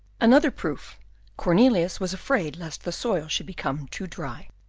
another proof cornelius was afraid lest the soil should become too dry.